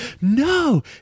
no